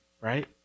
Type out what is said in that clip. right